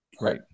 Right